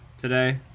today